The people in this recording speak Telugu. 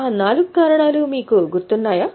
ఆ నాలుగు కారణాలు మీకు గుర్తున్నాయా